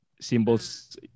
symbols